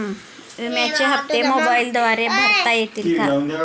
विम्याचे हप्ते मोबाइलद्वारे भरता येतील का?